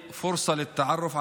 כמו שלימד אותנו הנביא,